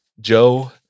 Joe